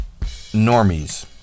normies